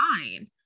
fine